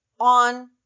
on